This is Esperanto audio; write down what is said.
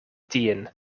tien